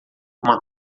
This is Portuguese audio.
uma